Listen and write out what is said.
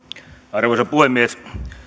arvoisa puhemies